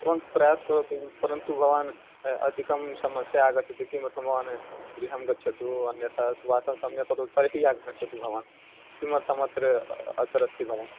भवान् प्रयासं करोतु परन्तु भवन्तम् अधिकाः समस्याः आगच्छन्ति किमर्थं भवान् गृहं गच्छतु अन्यथा स्वास सम्यक् करोतु तर्हि आगच्छतु भवान् किमर्थमत्र अत्र अस्ति भवान्